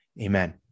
Amen